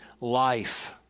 life